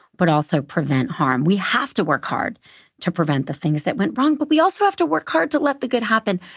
but also prevent harm. we have to work hard to prevent the things that went wrong. but we also have to work hard to let the good happen.